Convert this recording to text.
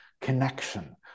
connection